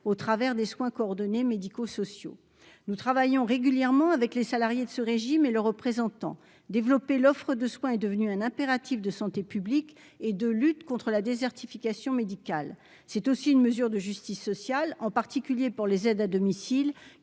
au travers des soins coordonnés médico-sociaux nous travaillons régulièrement avec les salariés de ce régime et le représentant, développer l'offre de soins est devenue un impératif de santé publique et de lutte contre la désertification médicale, c'est aussi une mesure de justice sociale, en particulier pour les aides à domicile,